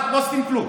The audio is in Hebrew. לא עשיתם כלום.